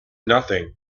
nothing